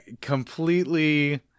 Completely